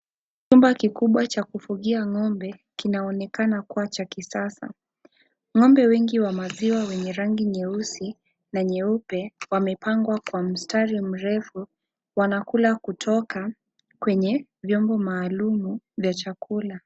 Chumba kikubwa cha kufugia ngombe, kinaonekana kuwa cha kisasa, ngombe wengi wa maziwa wenye rangi nyeusi, na nyeupe, wamepangwa kwa mstari mrefu, wanakula kutoka, kwenye, viombo maalumu, vya chakula.